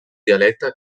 dialecte